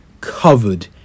covered